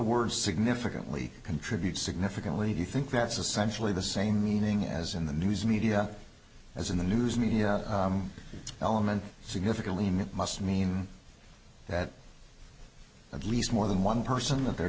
word significantly contributes significantly do you think that's essential in the same meaning as in the news media as in the news media element significantly and it must mean that at least more than one person that they're